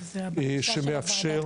שמאפשר.